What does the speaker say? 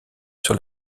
sur